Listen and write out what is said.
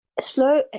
slow